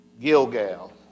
Gilgal